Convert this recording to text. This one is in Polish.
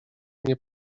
nie